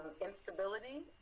instability